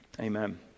amen